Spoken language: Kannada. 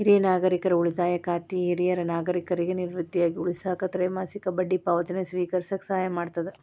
ಹಿರಿಯ ನಾಗರಿಕರ ಉಳಿತಾಯ ಖಾತೆ ಹಿರಿಯ ನಾಗರಿಕರಿಗಿ ನಿವೃತ್ತಿಗಾಗಿ ಉಳಿಸಾಕ ತ್ರೈಮಾಸಿಕ ಬಡ್ಡಿ ಪಾವತಿನ ಸ್ವೇಕರಿಸಕ ಸಹಾಯ ಮಾಡ್ತದ